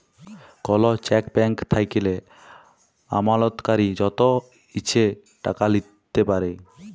call cheque blank থ্যাইকলে আমালতকারী যত ইছে টাকা লিখতে পারে